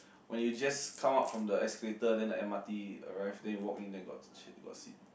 when you just come out from the escalator then the m_r_t arrive then you walk in then got seat got seat